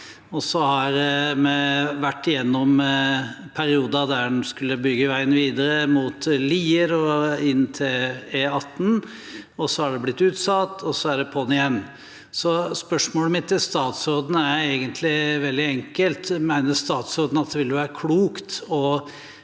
Den har vært igjennom perioder der en skulle bygge veien videre mot Lier og inn til E18, det har blitt utsatt, og så er det på’n igjen. Spørsmålet mitt til statsråden er egentlig veldig enkelt: Mener statsråden at det ville være klokt å